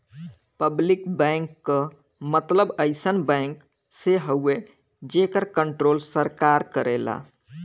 public bank क मतलब अइसन बैंक से हउवे जेकर कण्ट्रोल सरकार करेला